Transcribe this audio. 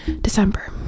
December